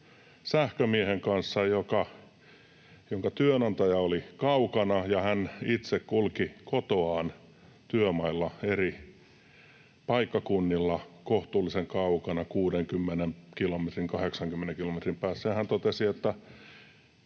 sähkömiehen kanssa, jonka työnantaja oli kaukana, ja hän itse kulki kotoaan työmailla eri paikkakunnilla kohtuullisen kaukana, 60 kilometrin, 80 kilometrin päässä. Hän totesi, että